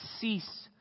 cease